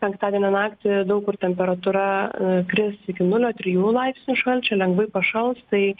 penktadienio naktį daug kur temperatūra kris iki nulio trijų laipsnių šalčio lengvai pašals tai